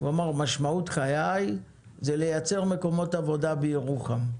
הוא אמר: משמעות חיי היא לייצר מקומות עבודה בירוחם.